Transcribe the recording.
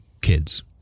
kids